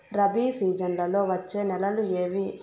రబి సీజన్లలో వచ్చే నెలలు ఏవి?